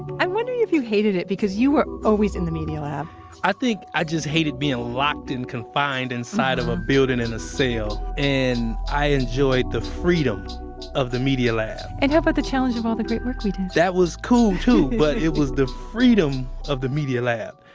i'm wondering if you hated it because you were always in the media lab i think i just hated being locked and confined inside of a building in a cell. and i enjoyed the freedom of the media lab and how about the challenge of all the great work we did? that was cool too, but it was the freedom of the media lab.